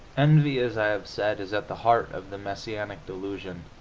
envy, as i have said, is at the heart of the messianic delusion,